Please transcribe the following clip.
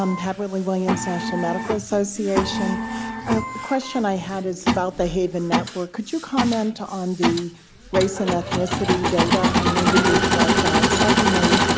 pat whitley williams, national medical association. a question i had is about the haven network, could you comment on the race and ethnicity data? i know you did collect that. secondly,